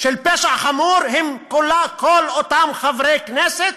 של פשע חמור הם כל אותם חברי כנסת